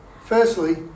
Firstly